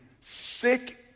sick